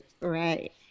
right